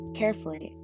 carefully